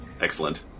Excellent